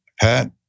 Pat